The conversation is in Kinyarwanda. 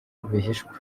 rwihishwa